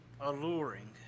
alluring